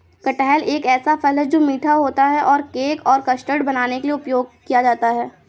कटहल एक ऐसा फल है, जो मीठा होता है और केक और कस्टर्ड बनाने के लिए उपयोग किया जाता है